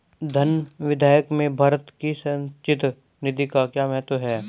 धन विधेयक में भारत की संचित निधि का क्या महत्व है?